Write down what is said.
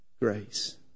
grace